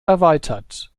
erweitert